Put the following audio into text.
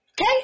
Okay